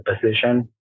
position